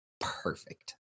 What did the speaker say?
perfect